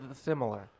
similar